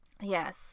Yes